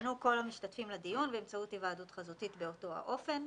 יוזמנו כל המשתתפים לדיון באמצעות היוועדות חזותית באותו האופן,